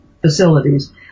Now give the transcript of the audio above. facilities